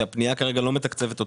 שהפנייה כרגע לא מתקצבת אותם.